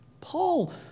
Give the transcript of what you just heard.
Paul